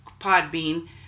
Podbean